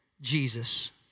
Jesus